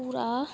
ਪੂਰਾ